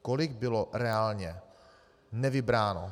Kolik bylo reálně nevybráno?